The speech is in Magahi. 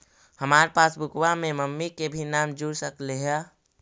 हमार पासबुकवा में मम्मी के भी नाम जुर सकलेहा?